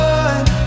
one